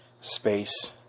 space